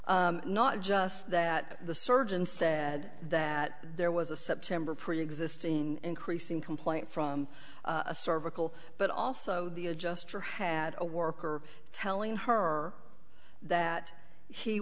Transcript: appropriate not just that the surgeon said that there was a september preexisting increasing complaint from a cervical but also the adjuster had a worker telling her that he